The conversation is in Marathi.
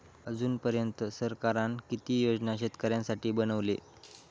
अजून पर्यंत सरकारान किती योजना शेतकऱ्यांसाठी बनवले?